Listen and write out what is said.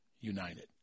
United